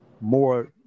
more